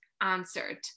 answered